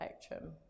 spectrum